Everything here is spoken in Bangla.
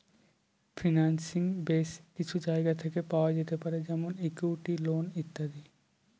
ফিন্যান্সিং বেস কিছু জায়গা থেকে পাওয়া যেতে পারে যেমন ইকুইটি, লোন ইত্যাদি